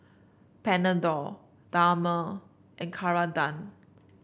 Panadol Dermale and Ceradan